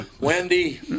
Wendy